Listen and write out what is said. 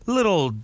Little